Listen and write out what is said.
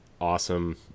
awesome